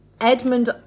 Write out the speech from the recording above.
Edmund